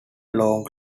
long